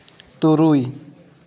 ᱛᱩᱨᱩᱭ